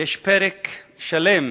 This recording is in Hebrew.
יש פרק שלם